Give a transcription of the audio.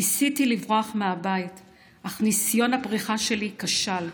ניסיתי לברוח מהבית אך ניסיון הבריחה שלי כשל,